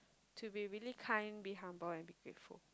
to be really kind be humble and be faithful